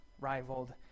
rivaled